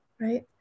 Right